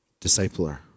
discipler